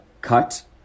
cut